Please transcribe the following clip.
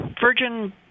Virgin